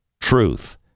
truth